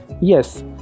Yes